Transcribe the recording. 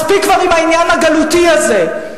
מספיק כבר עם העניין הגלותי הזה.